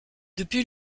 depuis